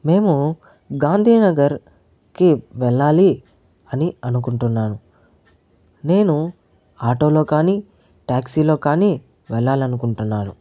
మేము గాంధీనగర్కి వెళ్ళాలి అని అనుకుంటున్నాను నేను ఆటో లో కానీ టాక్సీ లో కానీ వెళ్ళాలనుకుంటున్నాను